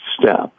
step